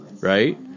right